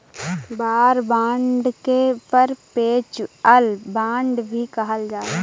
war bond के perpetual bond भी कहल जाला